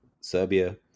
Serbia